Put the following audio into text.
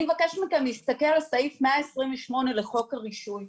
אני מבקשת מכם להסתכל על סעיף 128 לחוק הרישוי.